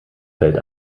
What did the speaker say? fällt